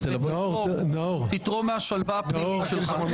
תתרום מהשלווה הפנימית שלך.